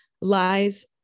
lies